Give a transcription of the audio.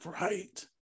right